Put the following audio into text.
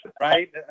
right